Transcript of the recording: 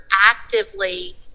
actively